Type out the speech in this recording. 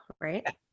Right